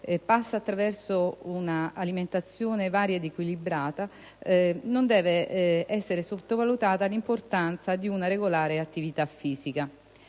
passa attraverso un'alimentazione varia ed equilibrata, non deve essere sottovalutata l'importanza di una regolare attività fisica.